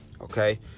Okay